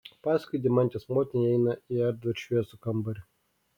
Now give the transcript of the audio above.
paskui deimantės motiną įeina į erdvų ir šviesų kambarį